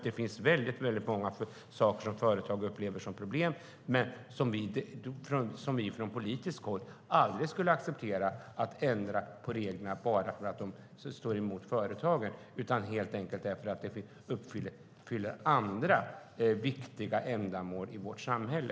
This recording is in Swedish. Det finns väldigt många saker företag upplever som problem där vi från politiskt håll aldrig skulle acceptera att ändra på reglerna bara för att de slår emot företagen, utan det måste helt enkelt uppfylla andra viktiga ändamål i vårt samhälle.